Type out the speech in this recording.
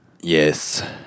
Yes